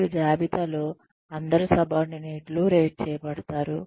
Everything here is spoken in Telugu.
మరియు జాబితాలో అందరు సబార్డినేట్లు రేట్ చేయబడతారు